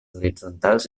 horitzontals